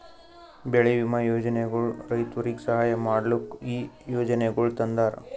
ಬೆಳಿ ವಿಮಾ ಯೋಜನೆಗೊಳ್ ರೈತುರಿಗ್ ಸಹಾಯ ಮಾಡ್ಲುಕ್ ಈ ಯೋಜನೆಗೊಳ್ ತಂದಾರ್